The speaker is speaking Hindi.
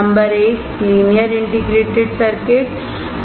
नंबर एक लीनियर इंटीग्रेटेड सर्किट है